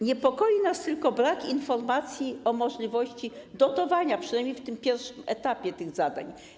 Niepokoi nas tylko brak informacji o możliwości dotowania, przynajmniej na tym pierwszym etapie, tych zadań.